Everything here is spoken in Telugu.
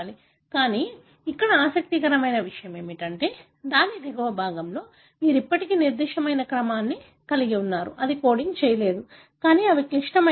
కానీ ఇక్కడ ఆసక్తికరమైన విషయం ఏమిటంటే దాని దిగువ భాగంలో మీరు ఇప్పటికీ నిర్దిష్ట క్రమాన్ని కలిగి ఉన్నారు అది కోడింగ్ చేయలేదు కానీ అవి చాలా క్లిష్టమైనవి